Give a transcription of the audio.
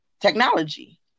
technology